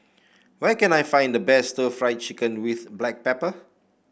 where can I find the best stir Fry Chicken with Black Pepper